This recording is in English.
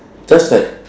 just like